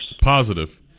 Positive